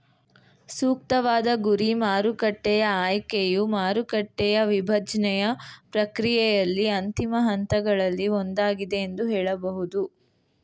ಸೂಕ್ತವಾದ ಗುರಿ ಮಾರುಕಟ್ಟೆಯ ಆಯ್ಕೆಯು ಮಾರುಕಟ್ಟೆಯ ವಿಭಜ್ನೆಯ ಪ್ರಕ್ರಿಯೆಯಲ್ಲಿ ಅಂತಿಮ ಹಂತಗಳಲ್ಲಿ ಒಂದಾಗಿದೆ ಎಂದು ಹೇಳಬಹುದು